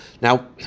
Now